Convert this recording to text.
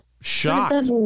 shocked